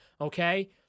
okay